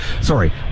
sorry